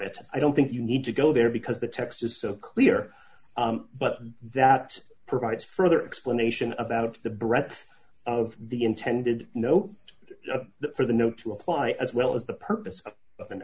it i don't think you need to go there because the text is so clear but that provides further explanation about the breadth of the intended no for the no to apply as well as the purpose of a